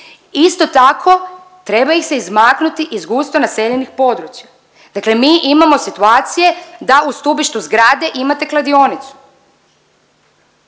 isto tako treba ih se izmaknuti iz gusto naseljenih područja. Dakle mi imamo situacije da u stubištu zgrade imate kladionicu,